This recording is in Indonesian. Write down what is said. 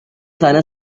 sana